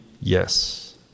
yes